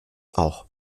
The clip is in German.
auch